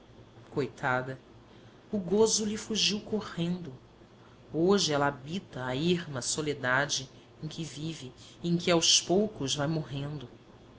coitada o gozo lhe fugiu correndo hoje ela habita a erma soledade em que vive e em que aos poucos vai morrendo